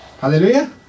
Hallelujah